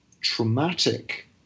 traumatic